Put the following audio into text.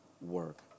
work